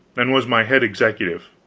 and was my head executive,